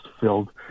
filled